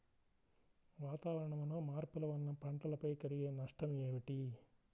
వాతావరణంలో మార్పుల వలన పంటలపై కలిగే నష్టం ఏమిటీ?